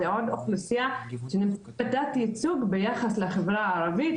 זו עוד אוכלוסייה שסובלת מתת-ייצוג ביחס לחברה הערבית,